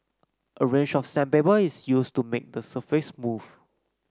a range of sandpaper is used to make the surface smooth